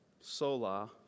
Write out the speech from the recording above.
sola